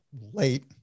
late